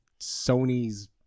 Sony's